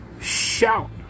shout